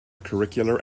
curricular